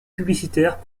publicitaires